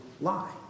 lie